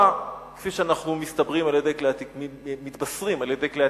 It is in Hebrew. השבוע, כפי שאנו מתבשרים על-ידי כלי התקשורת,